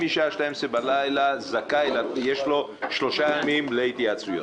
מהשעה 24:00 בלילה הנשיא זכאי ויש לו שלושה ימים להתייעצויות.